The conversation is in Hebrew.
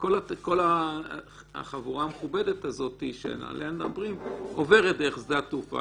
כל החבורה המכובדת הזאת שעליה מדברים עוברת דרך שדה התעופה.